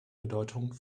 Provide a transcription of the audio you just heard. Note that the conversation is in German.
bedeutung